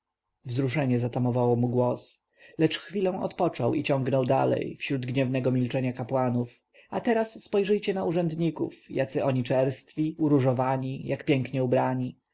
wzruszenie zatamowało mu głos lecz chwilę odpoczął i ciągnął dalej wśród gniewnego milczenia kapłanów a teraz spojrzyjcie na urzędników jacy oni czerstwi uróżowani jak pięknie ubrani